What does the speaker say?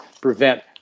prevent